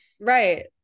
Right